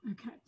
okay